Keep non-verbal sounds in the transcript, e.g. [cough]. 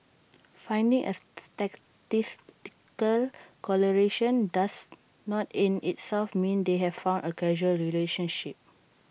finding A [unintelligible] statistical correlation does not in itself mean they have found A causal relationship